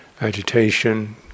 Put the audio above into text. agitation